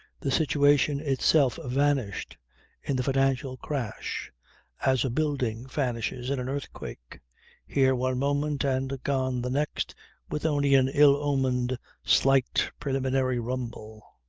the situation itself vanished in the financial crash as a building vanishes in an earthquake here one moment and gone the next with only an ill-omened, slight, preliminary rumble.